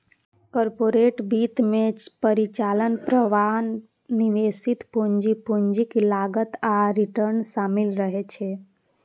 corporate वित्त मे परिचालन प्रवाह, निवेशित पूंजी, पूंजीक लागत आ रिटर्न शामिल रहै छै